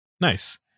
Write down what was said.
nice